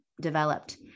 developed